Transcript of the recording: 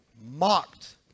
Mocked